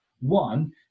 One